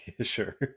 Sure